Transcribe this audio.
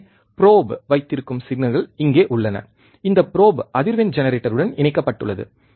எனவே ப்ரோப் வைத்திருக்கும் சிக்னல்கள் இங்கே உள்ளன இந்த ப்ரோப் அதிர்வெண் ஜெனரேட்டருடன் இணைக்கப்பட்டுள்ளது